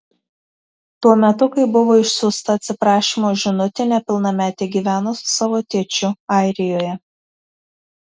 tuo metu kai buvo išsiųsta atsiprašymo žinutė nepilnametė gyveno su savo tėčiu airijoje